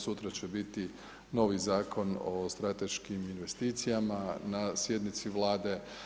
Sutra će biti novi Zakon o strateškim investicijama na sjednici Vlade.